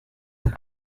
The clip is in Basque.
zen